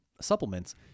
supplements